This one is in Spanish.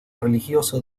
religioso